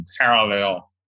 parallel